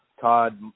Todd